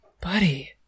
Buddy